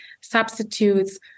substitutes